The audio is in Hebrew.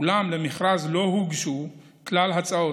אולם למכרז לא הוגשו כלל הצעות.